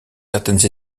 certaines